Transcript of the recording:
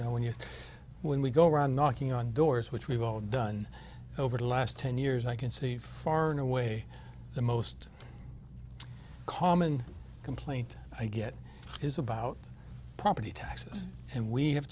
know when you when we go around knocking on doors which we've all done over the last ten years i can see far and away the most common complaint i get is about property taxes and we have